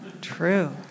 True